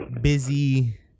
busy